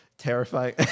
terrifying